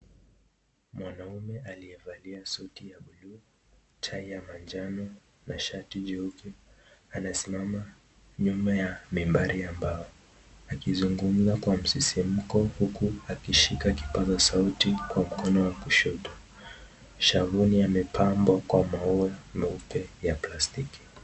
Mwanaume aliyevalia suti ya bluu tai ya manjano na shati jeupe, amesimama nyuma ya mibari ya mbao. Akizungumza kwa msisimko huku akishika kipaza sauti kwa mkono wa kushoto .Shavuni amepambwa kwa maua ya plastiki.